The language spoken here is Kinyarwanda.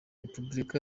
repubulika